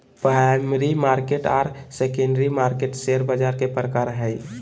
primary market आर secondary market share बाज़ार के प्रकार हइ